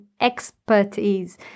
expertise